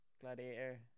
Gladiator